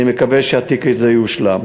אני מקווה שהתיק הזה יושלם.